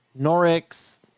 Norix